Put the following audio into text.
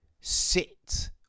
sit